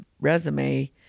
resume